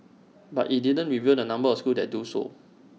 but IT did't reveal the number of schools that do so